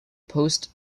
post